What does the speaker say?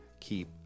Keep